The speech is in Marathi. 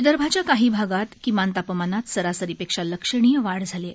विदर्भाच्या काही भागात किमान तापमानात सरासरीपेक्षा लक्षणीय वाढ झाली आहे